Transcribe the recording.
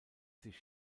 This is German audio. sich